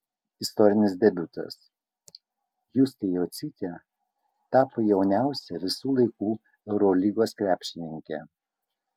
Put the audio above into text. istorinis debiutas justė jocytė tapo jauniausia visų laikų eurolygos krepšininke